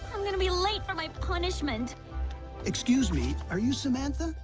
i'm gonna be late for my punishment excuse me. are you samantha?